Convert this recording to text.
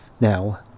Now